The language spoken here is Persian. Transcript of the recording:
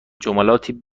جملاتی